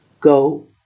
Go